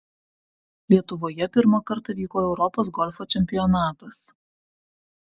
lietuvoje pirmą kartą vyko europos golfo čempionatas